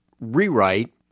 rewrite